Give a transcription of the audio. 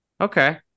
Okay